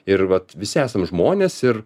ir vat visi esam žmonės ir